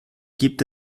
gibt